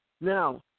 Now